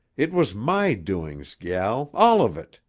it was my doings, gel, all of it.